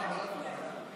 לא ידעתי לפני כן.